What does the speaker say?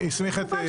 --- בסדר.